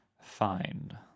find